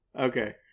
Okay